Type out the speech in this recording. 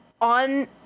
on